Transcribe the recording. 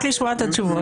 רק לשמוע את התשובות.